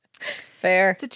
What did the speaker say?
Fair